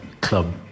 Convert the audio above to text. club